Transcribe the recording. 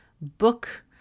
book